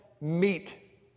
Meet